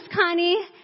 Connie